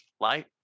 light